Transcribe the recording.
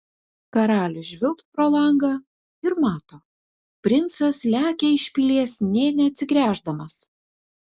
karalius žvilgt pro langą ir mato princas lekia iš pilies nė neatsigręždamas